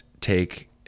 take